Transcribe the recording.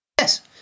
Yes